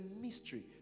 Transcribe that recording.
mystery